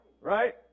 Right